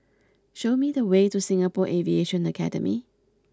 show me the way to Singapore Aviation Academy